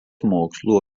mokslų